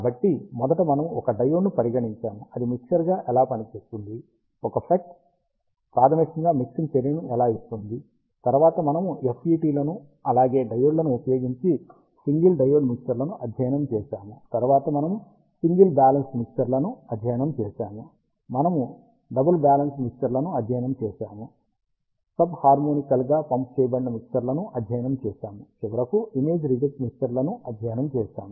కాబట్టి మొదట మనము ఒక డయోడ్ను పరిగణించాము అది మిక్సర్గా ఎలా పని చేస్తుంది ఒక FET ప్రాథమికంగా మిక్సింగ్ చర్యను ఎలా ఇస్తుంది తరువాత మనము FET లను అలాగే డయోడ్లను ఉపయోగించి సింగిల్ డయోడ్ మిక్సర్లను అధ్యయనం చేశాము తరువాత మనము సింగిల్ బ్యాలెన్స్డ్ మిక్సర్లను అధ్యయనం చేశాము మనము డబుల్ బ్యాలెన్స్డ్ మిక్సర్లను అధ్యయనం చేశాము సబ్ హార్మోనికల్ గా పంప్ చేసిన మిక్సర్లను అధ్యయనం చేశాము చివరకు ఇమేజ్ రిజెక్ట్ మిక్సర్లను అధ్యయనం చేశాము